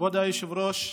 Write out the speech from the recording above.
כבוד היושב-ראש,